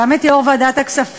גם את יו"ר ועדת הכספים,